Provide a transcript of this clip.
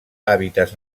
hàbitats